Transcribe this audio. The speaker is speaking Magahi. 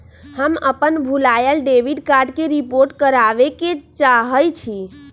हम अपन भूलायल डेबिट कार्ड के रिपोर्ट करावे के चाहई छी